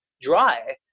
dry